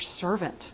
servant